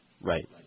Right